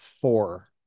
four